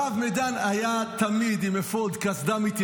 הרב מדן היה תמיד מתייצב עם אפוד, קסדה.